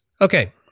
Okay